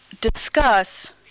discuss